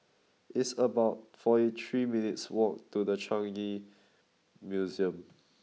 it's about forty three minutes' walk to The Changi Museum